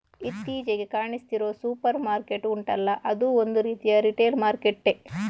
ಇತ್ತೀಚಿಗೆ ಕಾಣಿಸ್ತಿರೋ super market ಉಂಟಲ್ಲ ಅದೂ ಒಂದು ರೀತಿಯ ರಿಟೇಲ್ ಮಾರ್ಕೆಟ್ಟೇ